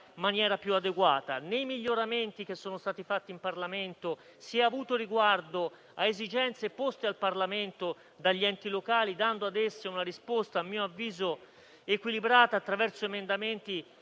i miglioramenti che sono stati apportati in Parlamento, si è avuto riguardo per esigenze poste al Parlamento dagli enti locali, dando ad essi una risposta a mio avviso equilibrata, attraverso emendamenti